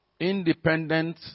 Independent